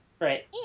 Right